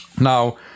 now